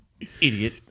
Idiot